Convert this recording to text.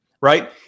right